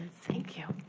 thank you.